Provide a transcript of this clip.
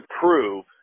prove